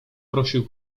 prosił